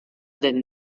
than